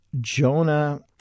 Jonah